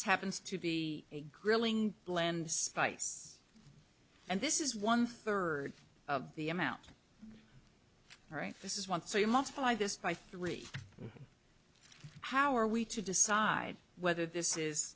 happens to be a grilling blend spice and this is one third of the amount right this is one so you multiply this by three how are we to decide whether this is